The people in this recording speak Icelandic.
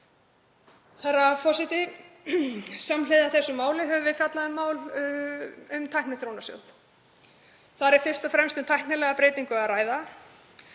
Herra forseti. Samhliða þessu máli höfum við fjallað um Tækniþróunarsjóð. Þar er fyrst og fremst um tæknilega breytingu að ræða